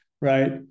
right